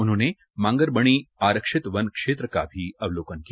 उन्होंने माँगर बणी आरक्षित वन क्षेत्र भी का अवलोकन किया